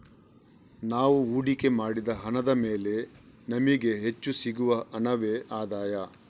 ನಾವು ಹೂಡಿಕೆ ಮಾಡಿದ ಹಣದ ಮೇಲೆ ನಮಿಗೆ ಹೆಚ್ಚು ಸಿಗುವ ಹಣವೇ ಆದಾಯ